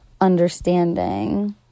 understanding